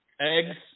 Eggs